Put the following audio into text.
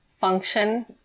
function